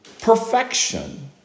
Perfection